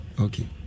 okay